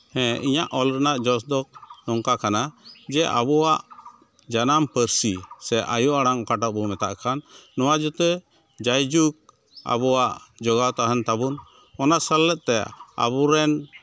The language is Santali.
ᱦᱮᱸ ᱤᱧᱟᱹᱜ ᱚᱞ ᱨᱮᱱᱟᱜ ᱡᱚᱥ ᱫᱚ ᱱᱚᱝᱠᱟ ᱠᱟᱱᱟ ᱡᱮ ᱟᱵᱚᱣᱟᱜ ᱡᱟᱱᱟᱢ ᱯᱟᱹᱨᱥᱤ ᱥᱮ ᱟᱭᱳ ᱟᱲᱟᱝ ᱚᱠᱟᱴᱟᱜ ᱵᱚ ᱢᱮᱛᱟᱜ ᱠᱟᱱ ᱱᱚᱣᱟ ᱡᱟᱛᱮ ᱡᱟᱭᱡᱩᱜᱽ ᱟᱵᱚᱣᱟᱜ ᱡᱚᱜᱟᱣ ᱛᱟᱦᱮᱱ ᱛᱟᱵᱚᱱ ᱚᱱᱟ ᱥᱮᱞᱮᱫ ᱛᱮ ᱟᱵᱚ ᱨᱮᱱ